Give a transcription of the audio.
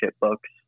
books